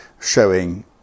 showing